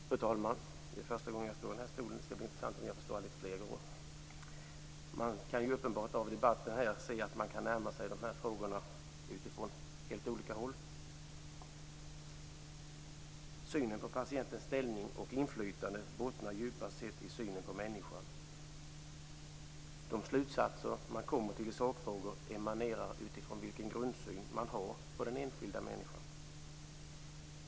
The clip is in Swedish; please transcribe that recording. Fru talman! Det är första gången jag står i den här talarstolen. Det skall bli intressant, om jag får stå här fler gånger. Av debatten här är det uppenbart att man kan närma sig de här frågorna från helt olika håll. Synen på patientens ställning och inflytande bottnar djupast i synen på människan. De slutsatser som man kommer till i sakfrågor emanerar från vilken grundsyn man har på den enskilda människan.